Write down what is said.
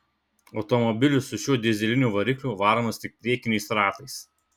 automobilis su šiuo dyzeliniu varikliu varomas tik priekiniais ratais